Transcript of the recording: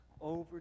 over